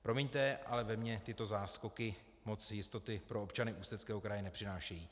Promiňte, ale ve mně tyto záskoky moc jistoty pro občany Ústeckého kraje nepřinášejí.